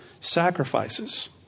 sacrifices